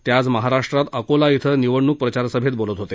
ते आज महाराष्ट्रात अकोला इथं निवडणूक प्रचारसभेत बोलत होते